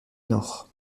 nord